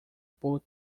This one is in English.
boot